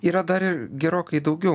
yra dar ir gerokai daugiau